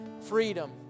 freedom